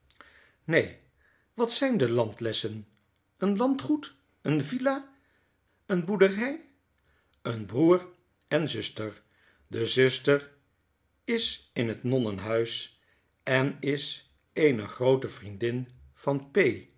neen wat zyn de landlessen een landgoed eene villa eene boerdery een broer en zuster de zuster is in het nonnenhuis en is eene groote vriendin van